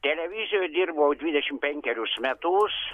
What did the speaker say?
televizijoj dirbau dvidešimt penkerius metus